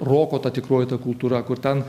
roko ta tikroji ta kultūra kur ten